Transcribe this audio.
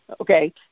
okay